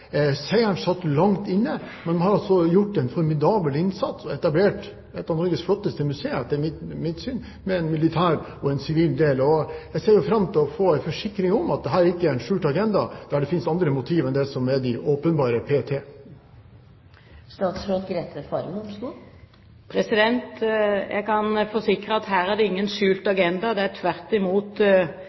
seieren satt langt inne, men man har altså gjort en formidabel innsats og har etter mitt syn etablert et av Norges flotteste museer, med en militær og en sivil del. Jeg ser fram til å få en forsikring om at dette ikke er en skjult agenda, der det finnes andre motiv enn det som er de åpenbare p.t. Jeg kan forsikre at her er det ingen skjult agenda. Det er tvert imot